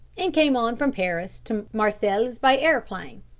and came on from paris to marseilles by aeroplane.